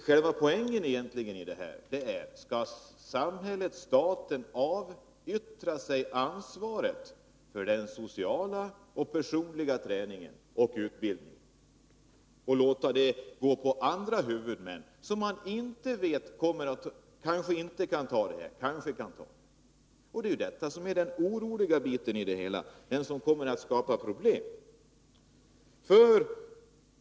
Själva poängen är om staten skall avyttra sig ansvaret för den sociala och personliga träningen och utbildningen till andra huvudmän, som kanske, eller kanske inte, kan ta ansvaret. Det är detta som oroar och som kommer att skapa problem.